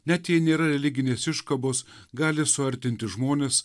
net jei nėra religinės iškabos gali suartinti žmones